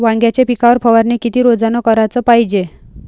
वांग्याच्या पिकावर फवारनी किती रोजानं कराच पायजे?